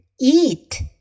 eat